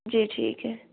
जी ठीक ऐ